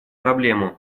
проблему